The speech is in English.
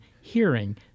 hearing